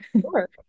Sure